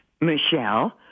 Michelle